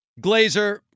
Glazer